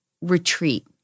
retreat